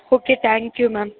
okay thank you ma'am